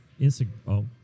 Instagram